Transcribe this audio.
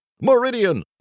Meridian